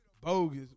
bogus